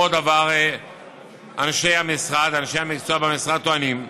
עוד דבר אנשי המקצוע במשרד טוענים: